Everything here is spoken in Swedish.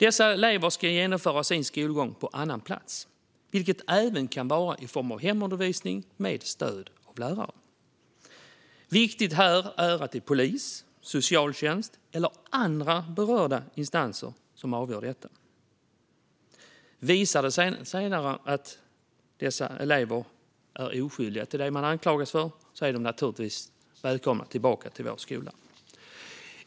Dessa elever ska genomföra sin skolgång på annan plats, vilken även kan vara i form av hemundervisning med stöd av lärare. Viktigt är att det är polis, socialtjänst eller andra berörda instanser som avgör detta. Visar det sig senare att eleverna är oskyldiga till det som de anklagats för är de naturligtvis välkomna tillbaka till skolan.